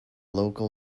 local